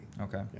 Okay